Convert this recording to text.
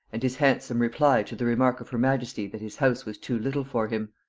and his handsome reply to the remark of her majesty that his house was too little for him